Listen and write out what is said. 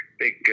big